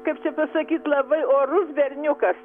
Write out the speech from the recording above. kaip čia pasakyt labai orus berniukas